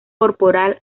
corporal